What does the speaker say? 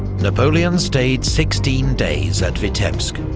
napoleon stayed sixteen days at vitebsk,